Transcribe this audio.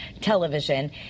television